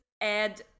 add